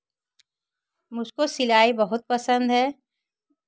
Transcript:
मुझको सिलाई बहुत पसंद है